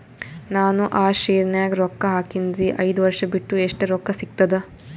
ನಾನು ಆ ಶೇರ ನ್ಯಾಗ ರೊಕ್ಕ ಹಾಕಿನ್ರಿ, ಐದ ವರ್ಷ ಬಿಟ್ಟು ಎಷ್ಟ ರೊಕ್ಕ ಸಿಗ್ತದ?